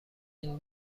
این